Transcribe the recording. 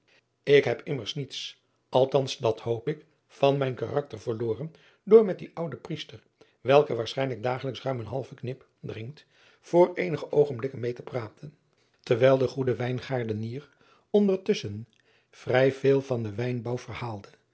k heb immers niets althans dat hoop ik van mijn karakter verloren door met dien ouden riester welke waarschijnlijk dagelijks ruim een halven knip drinkt voor eenige oogenblikken meê te praten terwijl de goede wijngaardenier ondertusschen vrij veel van den wijnbouw verhaalde